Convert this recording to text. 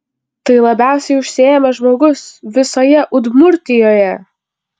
tai labiausiai užsiėmęs žmogus visoje udmurtijoje